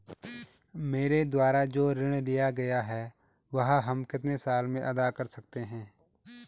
मेरे द्वारा जो ऋण लिया गया है वह हम कितने साल में अदा कर सकते हैं?